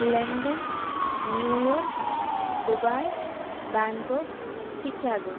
London New York Dubai Bangkok Chicago